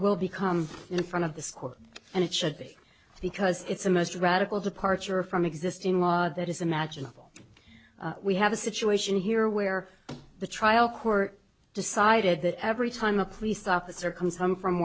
will become in front of the squad and it should be because it's the most radical departure from existing law that is imaginable we have a situation here where the trial court decided that every time a police officer comes home from